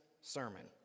sermon